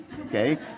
okay